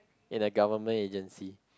in a government agency